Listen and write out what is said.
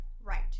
Right